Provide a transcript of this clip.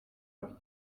avis